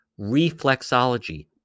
reflexology